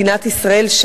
מדינת ישראל,